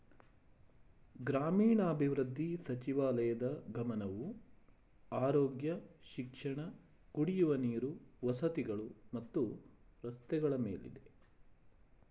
ಗ್ರಾಮೀಣಾಭಿವೃದ್ಧಿ ಸಚಿವಾಲಯದ್ ಗಮನವು ಆರೋಗ್ಯ ಶಿಕ್ಷಣ ಕುಡಿಯುವ ನೀರು ವಸತಿಗಳು ಮತ್ತು ರಸ್ತೆಗಳ ಮೇಲಿದೆ